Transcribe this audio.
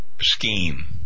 scheme